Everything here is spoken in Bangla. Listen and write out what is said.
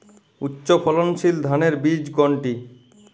উচ্চ ফলনশীল ধানের বীজ কোনটি?